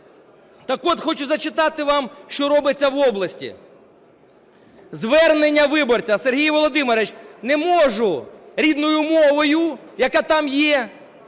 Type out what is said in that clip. Так от, хочу зачитати вам, що робиться в області. Звернення виборця: "Сергій Володимирович… (не можу рідною мовою, яка там є,